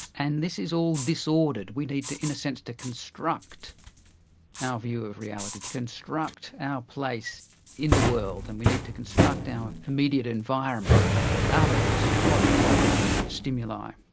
and this is all disordered, we need in a sense to construct our view of reality, to construct our place in the world. and we need to construct our immediate environment out of this hodgepodge of stimuli.